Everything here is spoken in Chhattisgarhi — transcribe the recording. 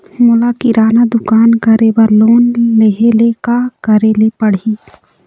मोला किराना दुकान करे बर लोन लेहेले का करेले पड़ही?